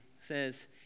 says